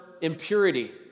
impurity